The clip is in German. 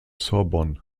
sorbonne